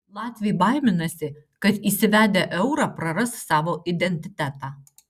latviai baiminasi kad įsivedę eurą praras savo identitetą